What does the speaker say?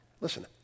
listen